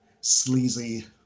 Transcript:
sleazy